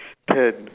ten